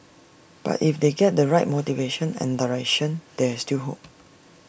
but if they get the right motivation and direction there's still hope